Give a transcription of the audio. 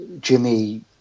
Jimmy